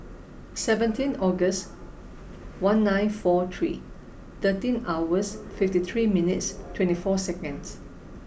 seventeen Aug one nine four three thirteen hours fifty three minutes twenty four seconds